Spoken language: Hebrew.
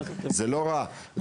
זה לא רע,